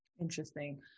Interesting